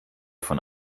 von